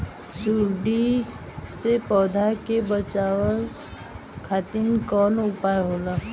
सुंडी से पौधा के बचावल खातिर कौन उपाय होला?